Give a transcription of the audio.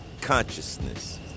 Consciousness